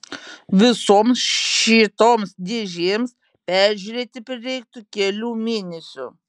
visoms šitoms dėžėms peržiūrėti prireiktų kelių mėnesių